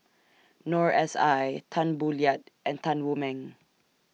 Noor S I Tan Boo Liat and Tan Wu Meng